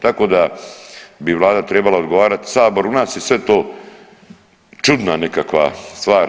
Tako da bi vlada trebala odgovarati saboru, u nas je sve to čudna nekakva stvar.